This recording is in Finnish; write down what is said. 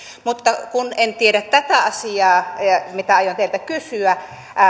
mutta en tiedä tätä asiaa mitä aion teiltä kysyä